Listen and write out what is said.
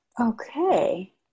Okay